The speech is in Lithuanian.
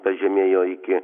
pažemėjo iki